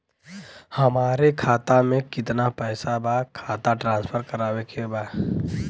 हमारे खाता में कितना पैसा बा खाता ट्रांसफर करावे के बा?